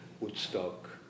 Woodstock